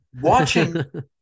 Watching